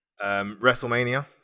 WrestleMania